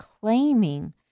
claiming